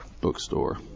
Bookstore